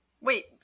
Wait